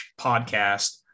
podcast